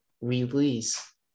release